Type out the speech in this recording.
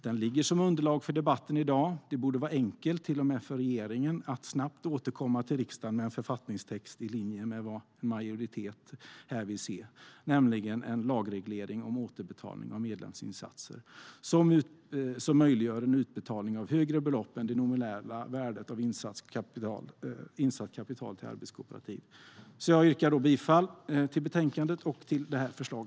Den ligger som underlag för debatten i dag. Det borde vara enkelt till och med för regeringen att snabbt återkomma till riksdagen med en författningstext i linje med vad en majoritet här vill se, nämligen en lagreglering om återbetalning av medlemsinsatser som möjliggör en utbetalning av högre belopp än det nominella värdet av insatt kapital till arbetskooperativ. Jag yrkar bifall till förslaget i betänkandet och därmed till detta förslag.